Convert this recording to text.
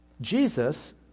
Jesus